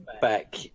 back